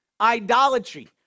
idolatry